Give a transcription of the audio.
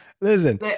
Listen